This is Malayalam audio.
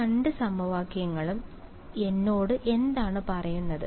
ഈ രണ്ട് സമവാക്യങ്ങളും എന്നോട് എന്താണ് പറയുന്നത്